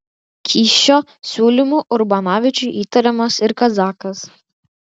kyšio siūlymu urbonavičiui įtariamas ir kazakas